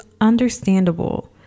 understandable